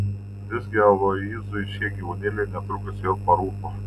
visgi aloyzui šie gyvūnėliai netrukus vėl parūpo